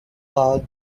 park